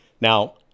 now